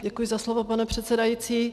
Děkuji za slovo, pane předsedající.